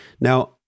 Now